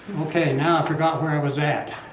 ok, now i forgot where i was at